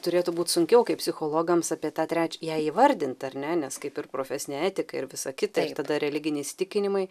turėtų būt sunkiau kaip psichologams apie tą treč ją įvardint ar ne nes kaip ir profesinė etika ir visa kita ir tada religiniai įsitikinimai